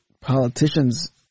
politicians